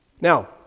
Now